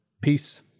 Peace